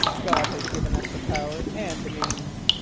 god has given us the power and the means.